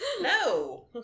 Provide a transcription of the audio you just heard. No